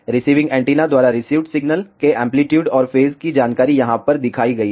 receiving antenna द्वारा received signal के amplitude और फेज की जानकारी यहां पर दिखाई गई है